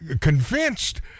convinced